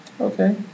Okay